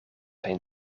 zijn